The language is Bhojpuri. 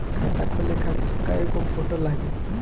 खाता खोले खातिर कय गो फोटो लागी?